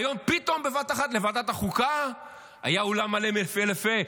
והיום פתאום בבת אחת בוועדת החוקה היה אולם מלא מפה לפה,